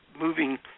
moving